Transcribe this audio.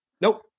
Nope